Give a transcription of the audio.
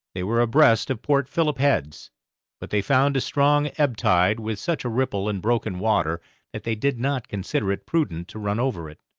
they were abreast of port philip heads but they found a strong ebb tide, with such a ripple and broken water that they did not consider it prudent to run over it.